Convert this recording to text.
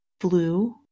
Blue